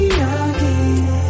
again